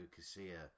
Casilla